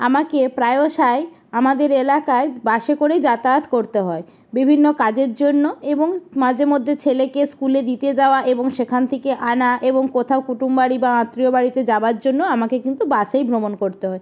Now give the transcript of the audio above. আমাকে প্রায়শই আমাদের এলাকায় বাসে করেই যাতায়াত করতে হয় বিভিন্ন কাজের জন্য এবং মাজে মধ্যে ছেলেকে স্কুলে দিতে যাওয়া এবং সেখান থেকে আনা এবং কুটুম বাড়ি বা আত্মীয় বাড়িতে যাওয়ার জন্য আমাকে কিন্তু বাসেই ভ্রমণ করতে হয়